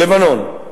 לבנון.